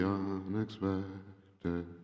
unexpected